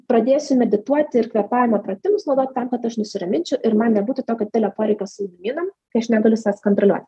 pradėsiu medituoti ir kvėpavimo pratimus naudot tam kad aš nusiraminčiau ir man nebūtų tokio didelio poreikio saldumynam kai aš negaliu savęs kontroliuot